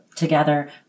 Together